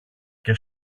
και